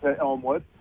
Elmwood